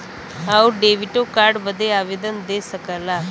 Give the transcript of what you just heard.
आउर डेबिटो कार्ड बदे आवेदन दे सकला